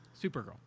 Supergirl